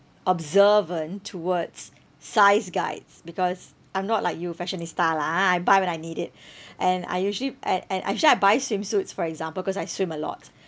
observant towards size guides because I'm not like you fashionista lah ah I buy when I need it and I usually and and actually I buy swimsuits for example cause I swim a lot